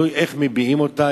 תלוי איך מביעים אותה,